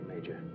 Major